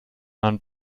man